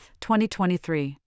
2023